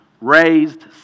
Raised